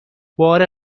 بار